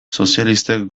sozialistek